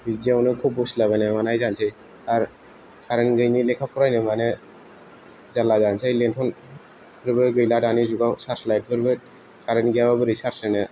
बिदियावनो खोब बखिला बायनाय मानाय जानोसै आरो कारेन्त गैयिनि लेखा फरायनो मानो जाल्ला जानोसै लेन्थनफोरबो गैला दानि जुगाव सार्ज लाइतफोरबो कारेन्त गैयाबा बोरै सार्ज जानो